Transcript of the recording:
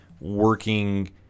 working